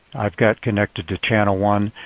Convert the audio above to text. i've got connected to channel one.